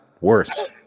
worse